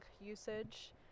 usage